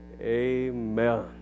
Amen